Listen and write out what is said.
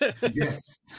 Yes